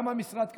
גם המשרד קשוב,